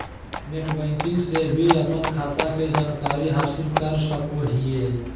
net banking से भी अपन खाता के जानकारी हासिल कर सकोहिये